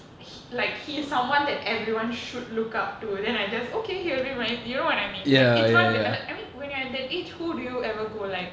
like he's someone that everyone should look up to then I just okay he will be my you know what I mean like it's not like I mean when you're at that age who do you ever go like